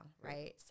right